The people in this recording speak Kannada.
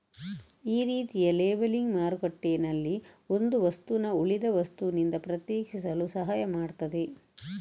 ಈ ರೀತಿಯ ಲೇಬಲಿಂಗ್ ಮಾರುಕಟ್ಟೆನಲ್ಲಿ ಒಂದು ವಸ್ತುನ ಉಳಿದ ವಸ್ತುನಿಂದ ಪ್ರತ್ಯೇಕಿಸಲು ಸಹಾಯ ಮಾಡ್ತದೆ